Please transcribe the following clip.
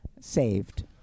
saved